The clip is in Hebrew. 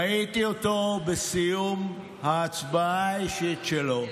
ראיתי אותו בסיום ההצבעה האישית שלו,